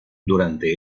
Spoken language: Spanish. durante